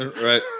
Right